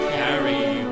carry